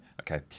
Okay